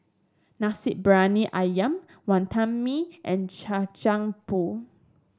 Nasi Briyani ayam Wantan Mee and Kacang Pool